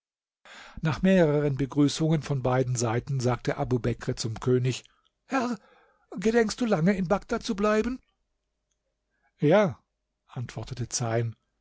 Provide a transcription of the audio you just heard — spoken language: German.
nach mehreren begrüßungen von beiden seiten sagte abubekr zu dem könig herr gedenkst du lange in bagdad zu bleiben ja antwortete zeyn